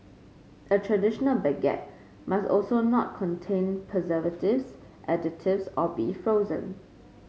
a traditional baguette must also not contain preservatives additives or be frozen